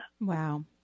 Wow